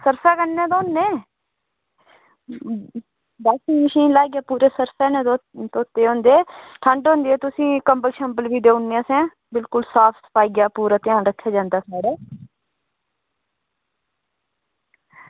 सर्फे कन्नै धोने washing machine लाइयै पूरे सर्फे कन्नै धोते होंदे ठंड होंदी ते तुसेंगी कंबल बी देई ओड़ने असें बिल्कुल साफ सफाइयै दा पूरा ध्यान रक्खेआ जंदा साढ़े